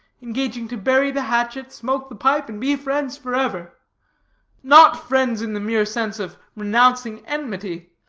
engaging to bury the hatchet, smoke the pipe, and be friends forever not friends in the mere sense of renouncing enmity,